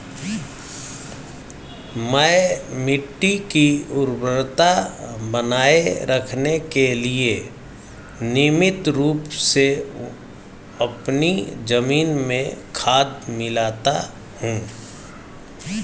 मैं मिट्टी की उर्वरता बनाए रखने के लिए नियमित रूप से अपनी जमीन में खाद मिलाता हूं